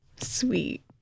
Sweet